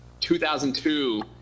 2002